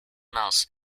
mouse